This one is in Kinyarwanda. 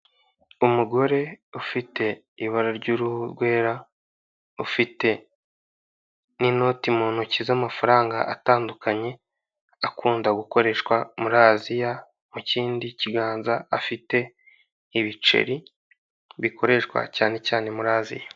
Umugore ufite ibara ry'uruhu rwera ufite n'inoti mu ntoki z'amafaranga atandukanye akunda gukoreshwa muri aziya, mu kindi kiganza afite ibiceri bikoreshwa cyane cyane muri aziya.